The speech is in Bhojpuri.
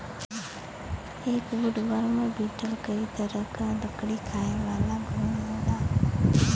एक वुडवर्म बीटल कई तरह क लकड़ी खायेवाला घुन होला